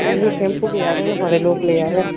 इ'यै शैम्पू लेआदे बड़े लोक लेआदे न